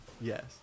Yes